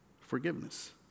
forgiveness